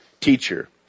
teacher